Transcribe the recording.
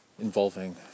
involving